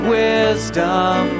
wisdom